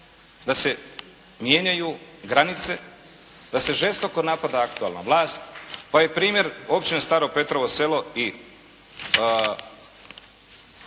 da se mijenjaju granice, da se žestoko napada aktualna vlast, pa je primjer općine Staro Petrovo selo i